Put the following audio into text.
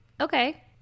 okay